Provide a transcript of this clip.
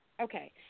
Okay